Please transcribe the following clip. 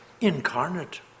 incarnate